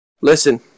Listen